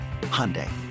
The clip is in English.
Hyundai